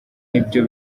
nibyo